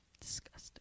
Disgusting